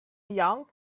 young